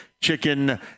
chicken